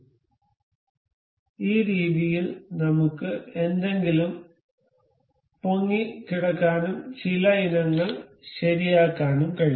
അതിനാൽ ഈ രീതിയിൽ നമുക്ക് എന്തെങ്കിലും പൊങ്ങിക്കിടക്കാനും ചില ഇനങ്ങൾ ശരിയാക്കാനും കഴിയും